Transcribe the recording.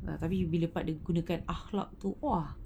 tapi bila part dia gunakan akhlak tu !wah!